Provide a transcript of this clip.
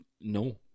no